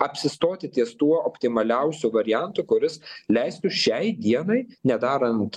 apsistoti ties tuo optimaliausiu variantu kuris leistų šiai dienai nedarant